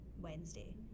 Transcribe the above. Wednesday